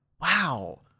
wow